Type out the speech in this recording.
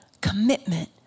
commitment